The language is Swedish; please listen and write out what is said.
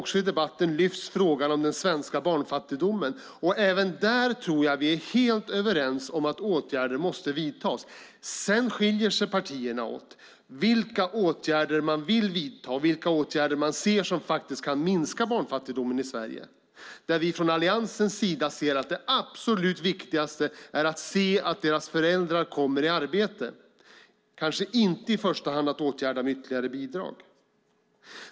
I debatten har också lyfts frågan om den svenska barnfattigdomen, och även där tror jag att vi är helt överens om att åtgärder måste vidtas. Sedan skiljer sig partierna åt när det gäller vilka åtgärder man vill vidta och vilka åtgärder man ser som faktiskt kan minska barnfattigdomen i Sverige. Från Alliansens sida ser vi det som det absolut viktigaste att deras föräldrar kommer i arbete, kanske inte i första hand att åtgärda med ytterligare bidrag.